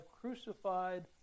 crucified